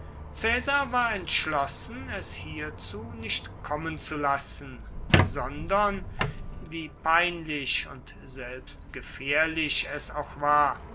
war entschlossen es hierzu nicht kommen zu lassen sondern wie peinlich und selbst gefährlich es auch war